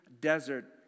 desert